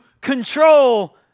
control